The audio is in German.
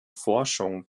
forschung